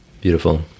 Beautiful